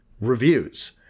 reviews